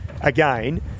again